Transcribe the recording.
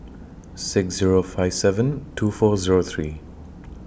six Zero five seven two four Zero three